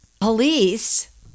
Police